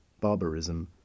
barbarism